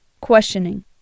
Questioning